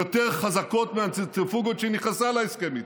יותר חזקות מהצנטריפוגות שהיא נכנסה איתן להסכם.